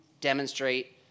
demonstrate